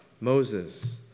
Moses